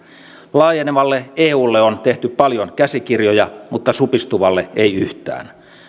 laajenevalle eulle on tehty paljon käsikirjoja mutta supistuvalle ei yhtään